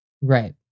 Right